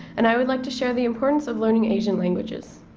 and i would like to share the importance of learning asian languages.